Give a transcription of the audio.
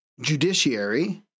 Judiciary